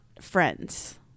friends